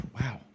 Wow